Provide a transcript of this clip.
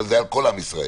אבל זה על כל עם ישראל.